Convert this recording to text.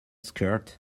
skirt